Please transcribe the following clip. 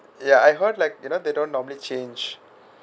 ya I heard like you know they don't normally change